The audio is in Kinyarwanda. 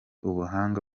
ubuhanga